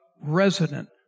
resident